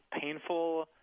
painful